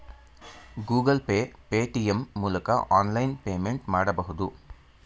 Google Pay, Paytm ಮೂಲಕ online payment ಮಾಡಬಹುದು